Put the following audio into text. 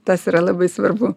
tas yra labai svarbu